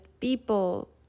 people